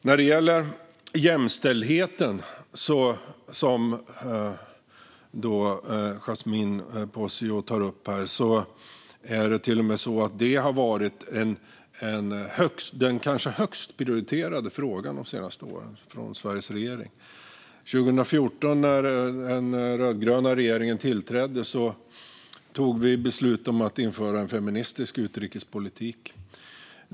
När det gäller jämställdheten, som Yasmine Posio tar upp, har det varit den kanske högst prioriterade frågan de senaste åren för Sveriges regering. När den rödgröna regeringen tillträdde 2014 tog vi beslutet att införa en feministisk utrikespolitik.